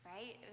Right